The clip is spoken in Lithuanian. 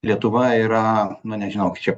lietuva yra na nežinau čia